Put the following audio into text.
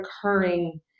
occurring